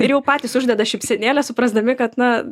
ir jau patys uždeda šypsenėlę suprasdami kad na